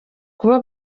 kuba